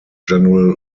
general